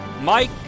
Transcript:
Mike